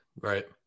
Right